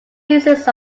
uses